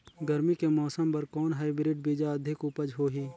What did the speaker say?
गरमी के मौसम बर कौन हाईब्रिड बीजा अधिक उपज होही?